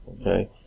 Okay